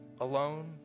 alone